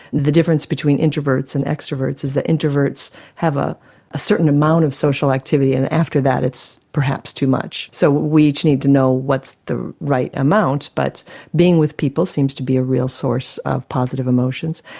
the difference between introverts and extroverts is that introverts have ah a certain amount of social activity, and after that it's perhaps too much. so we each need to know what's the right amount, but being with people seems to be a real source of positive emotions.